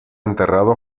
enterrado